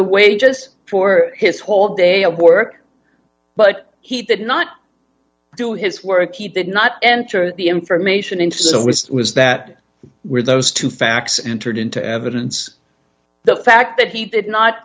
the wages for his whole day of work but he did not do his work he did not enter the information into was that were those two facts entered into evidence the fact that he did not